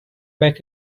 back